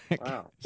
Wow